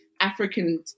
African